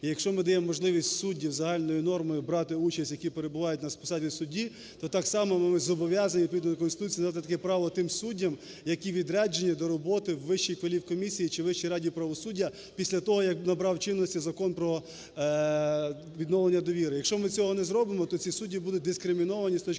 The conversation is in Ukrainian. І якщо ми даємо можливість суддям загальною нормою брати участь, які перебувають на посаді судді, то так само ми зобов'язані відповідно до Конституції надати таке право тим суддям, які відряджені до роботи у Вищу кваліфкомісію чи Вищу раду правосуддя після того, як набрав чинності Закон про відновлення довіри. Якщо ми цього не зробимо, то ці судді будуть дискриміновані з точки